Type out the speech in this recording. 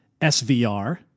SVR